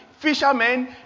Fishermen